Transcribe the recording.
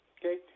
Okay